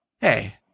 Hey